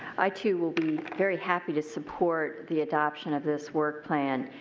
i, too, will be very happy to support the adoption of this work plan.